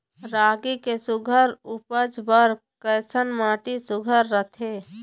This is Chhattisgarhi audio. रागी के सुघ्घर उपज बर कैसन माटी सुघ्घर रथे?